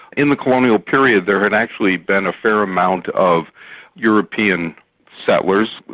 in the colonial period there had actually been a fair amount of european settlers,